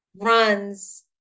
runs